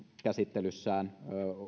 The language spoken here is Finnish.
käsittelyssään